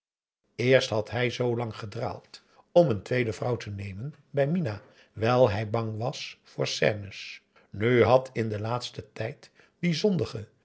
eerst had hij zoo lang gedraald om een tweede vrouw te nemen bij minah wijl hij bang was voor scènes nu had in den laatsten tijd die zondige